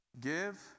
give